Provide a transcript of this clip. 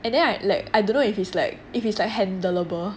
and then I like I don't know if it's like if it's like handlerable